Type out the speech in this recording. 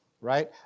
right